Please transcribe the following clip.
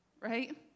right